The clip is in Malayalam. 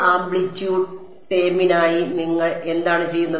ആംപ്ലിറ്റ്യൂഡ് ടേമിനായി നിങ്ങൾ എന്താണ് ചെയ്യുന്നത്